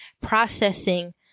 processing